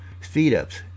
speed-ups